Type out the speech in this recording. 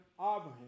Abraham